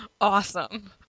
Awesome